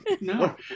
No